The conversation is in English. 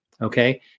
okay